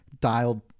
dialed